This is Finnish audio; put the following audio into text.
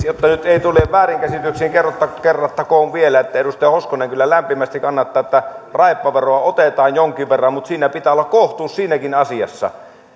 jotta nyt ei tule väärinkäsityksiä kerrattakoon vielä että edustaja hoskonen kyllä lämpimästi kannattaa että raippaveroa otetaan jonkin verran mutta siinä pitää olla kohtuus siinäkin asiassa